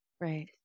Right